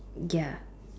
ya